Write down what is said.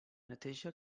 neteja